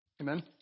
Amen